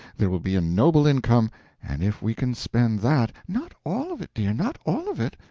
there will be a noble income and if we can spend that not all of it, dear, not all of it,